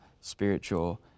spiritual